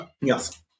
yes